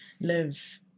live